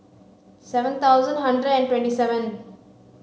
seven thousand hundred and twenty seven